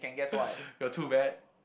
you're too bad